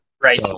Right